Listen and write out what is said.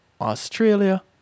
Australia